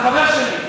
אתה חבר שלי.